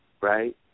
right